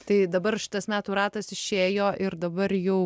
tai dabar šitas metų ratas išėjo ir dabar jau